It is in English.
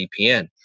VPN